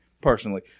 personally